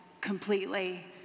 completely